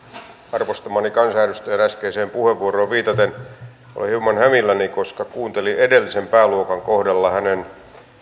arvostamani kansanedustajan äskeiseen puheenvuoroon viitaten olen hieman hämilläni koska kuuntelin edellisen pääluokan kohdalla hänen